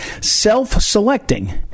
self-selecting